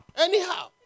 Anyhow